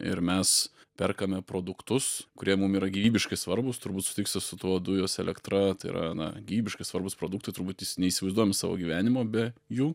ir mes perkame produktus kurie mum yra gyvybiškai svarbūs turbūt sutiksit su tuo dujos elektra yra na gyvybiškai svarbūs produktai turbūt neįsivaizduojam savo gyvenimo be jų